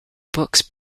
books